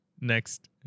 next